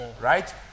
Right